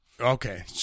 okay